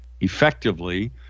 effectively